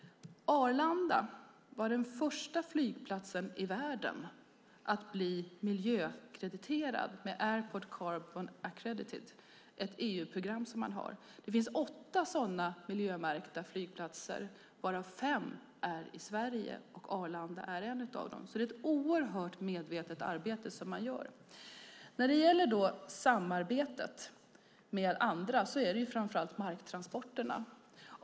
Arlanda var den första flygplatsen i världen att bli miljöackrediterad med Airport Carbon Accreditation, ett EU-program. Det finns åtta sådana miljömärkta flygplatser, varav fem är i Sverige. Arlanda är en av dem. Det är ett oerhört medvetet arbete som man gör. När det gäller samarbetet med andra är det framför allt fråga om transporterna.